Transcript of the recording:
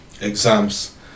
exams